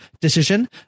decision